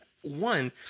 One